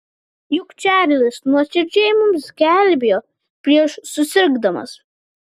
juk čarlis nuoširdžiai mus gelbėjo prieš susirgdamas